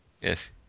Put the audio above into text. Yes